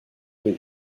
venir